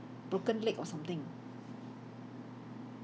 broken leg or something